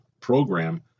program